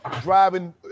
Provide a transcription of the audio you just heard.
driving